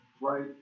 right